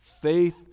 Faith